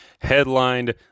Headlined